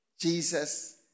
Jesus